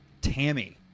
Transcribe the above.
Tammy